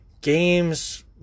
games